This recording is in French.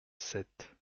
sept